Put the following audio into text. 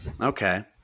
Okay